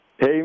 Hey